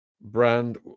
Brand